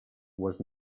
was